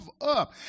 up